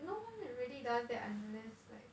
no one really does that unless like